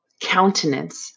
countenance